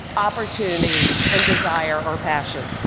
opportunity, and desire or passion.